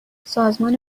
سازمان